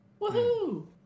Woohoo